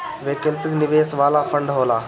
वैकल्पिक निवेश वाला फंड होला